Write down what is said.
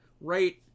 Right